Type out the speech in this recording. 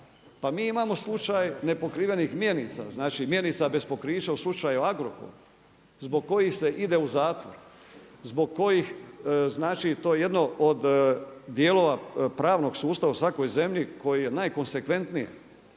Pa mi imamo slučaj nepokrivenih mjenica, znači mjenica bez pokrića u slučaju Agrokor zbog kojih se ide u zatvor, zbog kojih znači to jedno od dijelova pravnog sustava u svakoj zemlji koji je najkonsekventniji.